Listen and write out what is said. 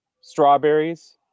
strawberries